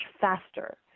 faster